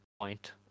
point